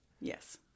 Yes